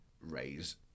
raise